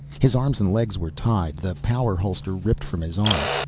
his arms and legs were tied, the power holster ripped from his arm.